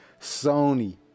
Sony